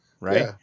Right